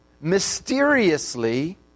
mysteriously